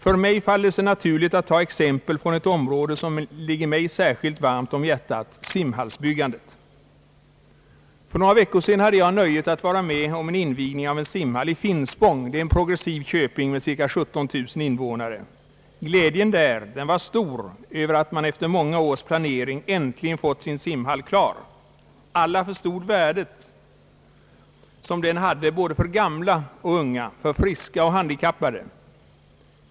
För mig faller det sig naturligt att ta exempel från ett område, som ligger mig särskilt varmt om hjärtat, nämligen simhallsbyggandet. För några veckor sedan hade jag nöjet att vara med om invigningen av en simhall i Finspång, en progressiv köping med cirka 17 000 invånare. Glädjen där var stor över att man efter många års planering äntligen hade fått sin simhall klar. Alla förstod det värde som hallen hade för både gamla och unga, för både friska och handikappade.